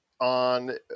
on